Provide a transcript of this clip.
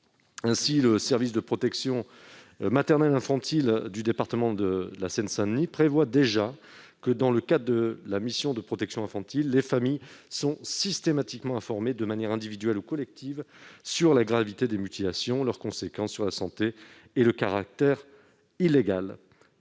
Ainsi, le service de protection maternelle infantile du département de la Seine-Saint-Denis prévoit déjà que, dans le cadre de la mission de protection infantile, les familles sont systématiquement informées de manière individuelle ou collective de la gravité des mutilations, de leurs conséquences sur la santé et de leur caractère illégal.